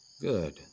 Good